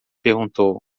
perguntou